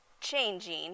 changing